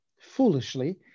foolishly